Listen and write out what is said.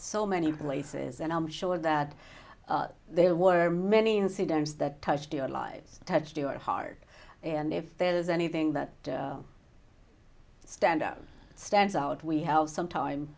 so many places and i'm sure that there were many incidents that touched your lives touched your heart and if there's anything that stands out stands out we have some time